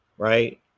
Right